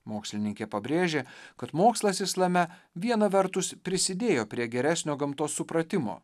mokslininkė pabrėžia kad mokslas islame viena vertus prisidėjo prie geresnio gamtos supratimo